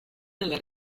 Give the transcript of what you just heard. dalla